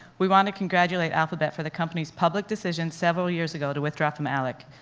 we want to congratulate alphabet for the company's public decision several years ago to withdraw from alec,